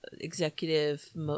Executive